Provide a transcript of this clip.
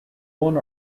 one